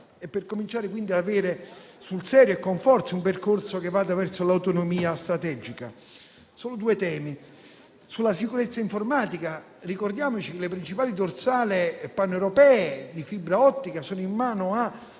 e per cominciare quindi ad intraprendere sul serio e con forza un percorso che vada verso l'autonomia strategica. Solo due temi. Sulla sicurezza informatica ricordiamoci che le principali dorsali paneuropee di fibra ottica sono in mano a